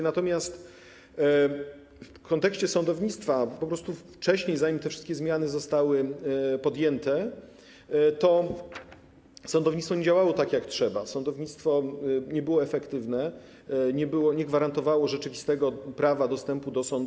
Natomiast w kontekście sądownictwa: po prostu wcześniej, zanim te wszystkie zmiany zostały podjęte, sądownictwo nie działało tak jak trzeba, sądownictwo nie było efektywne, w wielu przypadkach nie gwarantowało rzeczywistego prawa dostępu do sądu.